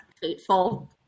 fateful